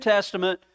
Testament